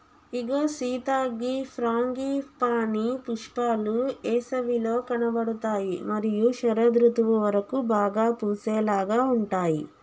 ఇగో సీత గీ ఫ్రాంగిపానీ పుష్పాలు ఏసవిలో కనబడుతాయి మరియు శరదృతువు వరకు బాగా పూసేలాగా ఉంటాయి